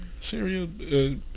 Syria